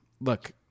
Look